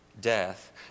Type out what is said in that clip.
death